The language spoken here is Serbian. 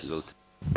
Izvolite.